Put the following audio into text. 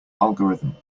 algorithm